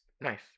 Nice